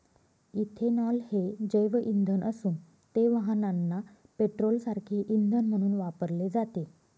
ethanol हे जैवइंधन असून ते वाहनांना पेट्रोलसारखे इंधन म्हणून वापरले जाते